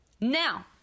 Now